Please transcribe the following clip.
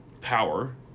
power